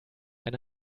eine